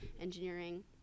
engineering